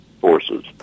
forces